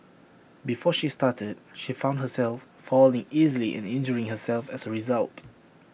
before she started she found herself falling easily and injuring herself as A result